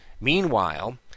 Meanwhile